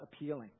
appealing